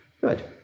Good